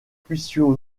puissions